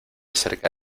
cerca